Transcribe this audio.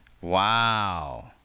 Wow